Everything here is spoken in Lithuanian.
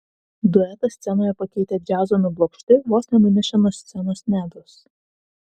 duetą scenoje pakeitę džiazo nublokšti vos nenunešė nuo scenos nedos